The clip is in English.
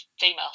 female